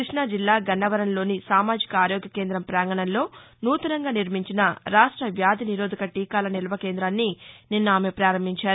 కృష్ణ జిల్లా గన్నవరంలోని సామాజిక ఆరోగ్య కేందం పాంగణంలో నూతనంగా నిర్మించిన రాష్ట వ్యాధి నిరోధక టీకాల నిల్వ కేందాన్ని నిన్న ఆమె పారంభించారు